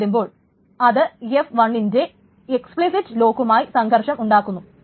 അങ്ങനെ വരുമ്പോൾ അത് T1 ൻറെ എക്സ്പ്ലിസിറ്റ് ലോക്കുമായി സംഘർഷം ഉണ്ടാക്കുന്നു